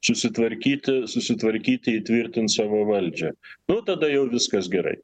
susitvarkyti susitvarkyti įtvirtint savo valdžią nu tada jau viskas gerai